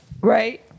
right